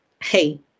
hey